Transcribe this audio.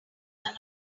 are